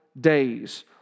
days